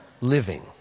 living